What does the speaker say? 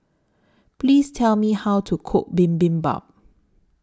Please Tell Me How to Cook Bibimbap